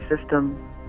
system